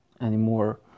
anymore